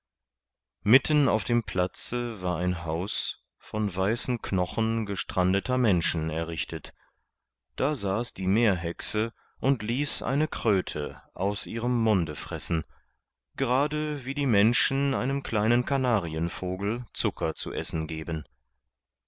mitten auf dem platze war ein haus von weißen knochen gestrandeter menschen errichtet da saß die meerhexe und ließ eine kröte aus ihrem munde fressen gerade wie die menschen einem kleinen kanarienvogel zucker zu essen geben